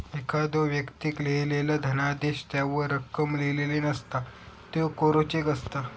एखाद्दो व्यक्तीक लिहिलेलो धनादेश त्यावर रक्कम लिहिलेला नसता, त्यो कोरो चेक असता